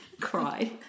cry